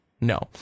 no